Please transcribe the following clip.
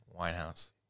Winehouse